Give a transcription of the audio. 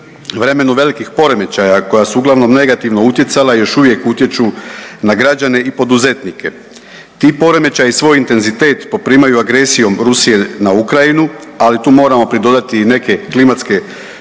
vremenu velikih poremećaja koja su uglavnom negativno utjecala, još uvijek utječu na građane i poduzetnike. Ti poremećaji svoj intenzitet poprimaju agresijom Rusije na Ukrajinu. Ali tu moramo pridodati i neke klimatske